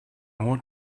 what